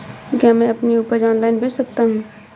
क्या मैं अपनी उपज ऑनलाइन बेच सकता हूँ?